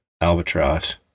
albatross